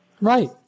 Right